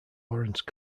lawrence